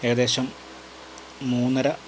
ഏകദേശം മൂന്നര